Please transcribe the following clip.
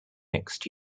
next